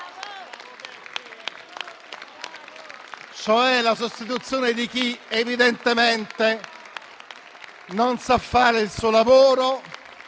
cioè la sostituzione di chi evidentemente non sa fare il suo lavoro,